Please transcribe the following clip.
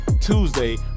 Tuesday